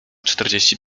czterdzieści